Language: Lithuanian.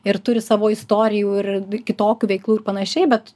ir turi savo istorijų ir kitokių veiklų ir panašiai bet